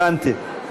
הבנתי.